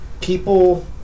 people